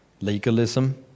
Legalism